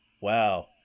Wow